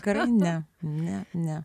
karą ne ne ne